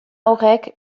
horrek